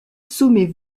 sommets